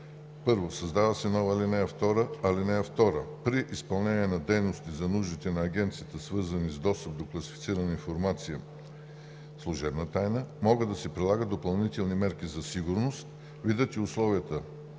1. Създава се нова ал. 2: „(2) При изпълнение на дейности за нуждите на Агенцията, свързани с достъп до класифицирана информация – служебна тайна, могат да се прилагат допълнителни мерки за сигурност. Видът, условията